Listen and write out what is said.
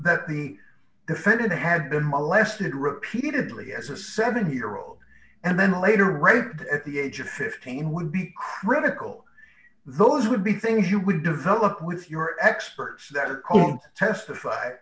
that the defendant had been molested repeatedly as a seven year old and then later raped at the age of fifteen would be critical those would be things you would develop with your experts that are called testify